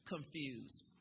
confused